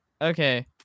Okay